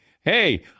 Hey